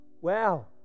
Wow